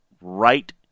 right